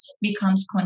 becomes